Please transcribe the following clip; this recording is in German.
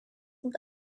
und